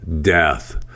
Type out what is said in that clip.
death